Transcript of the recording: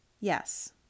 Yes